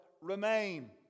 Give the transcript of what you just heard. remain